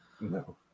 No